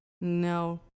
No